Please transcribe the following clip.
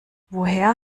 woher